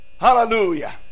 hallelujah